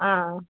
ஆ